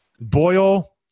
Boyle